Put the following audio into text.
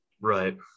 Right